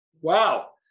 Wow